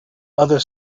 other